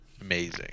amazing